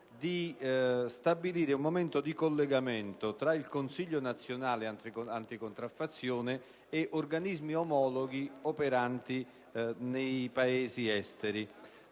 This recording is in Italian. di stabilire un collegamento tra il Consiglio nazionale anticontraffazione e organismi omologhi operanti nei Paesi esteri,